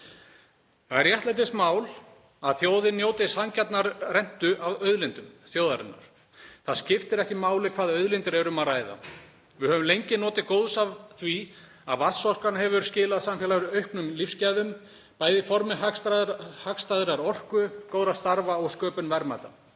Það er réttlætismál að þjóðin njóti sanngjarnar rentu af auðlindum þjóðarinnar. Það skiptir ekki máli hvaða auðlindir er um að ræða. Við höfum lengi notið góðs af því að vatnsorkan hefur skilað samfélaginu auknum lífsgæðum, bæði í formi hagstæðrar orku, góðra starfa og sköpunar verðmæta.